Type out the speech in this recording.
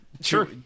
Sure